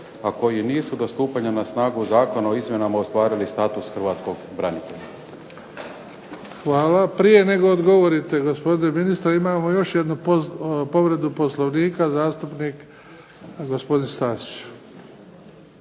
a koji nisu do stupanja na snagu zakona o izmjenama ostvarili status hrvatskog branitelja? **Bebić, Luka (HDZ)** Hvala. Prije nego odgovorite gospodine ministre imamo još jednu povredu Poslovnika, zastupnik gospodin Stazić.